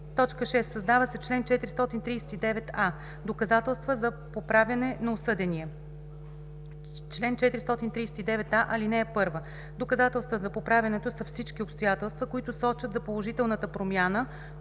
6. Създава се чл. 439а: „Доказателства за поправяне на осъдения Чл. 439а. (1) Доказателства за поправянето са всички обстоятелства, които сочат за положителната промяна